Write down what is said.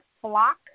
Flock